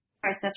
Process